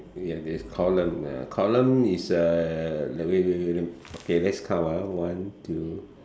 ya is ya column column is uh wait wait wait okay let's count ah one two